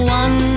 one